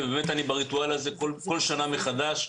ואני בריטואל הזה בכל שנה מחדש.